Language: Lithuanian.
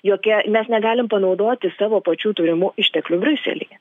jokia mes negalim panaudoti savo pačių turimų išteklių briuselyje